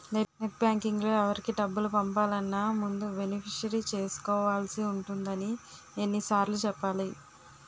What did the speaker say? net బాంకింగ్లో ఎవరికి డబ్బులు పంపాలన్నా ముందు బెనిఫిషరీని చేర్చుకోవాల్సి ఉంటుందని ఎన్ని సార్లు చెప్పాలి